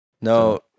No